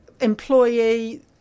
employee